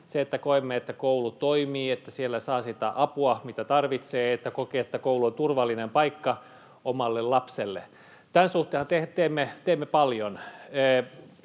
koemme, että koulu toimii ja että siellä saa sitä apua, mitä tarvitsee, ja että kokee, että koulu on turvallinen paikka omalle lapselle. Tämän suhteenhan teemme paljon: